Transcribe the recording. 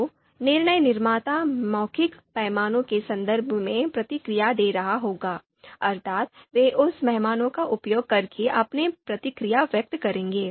तो निर्णय निर्माता मौखिक पैमाने के संदर्भ में प्रतिक्रिया दे रहा होगा अर्थात वे उस पैमाने का उपयोग करके अपनी प्रतिक्रिया व्यक्त करेंगे